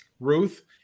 Ruth